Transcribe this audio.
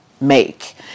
make